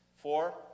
Four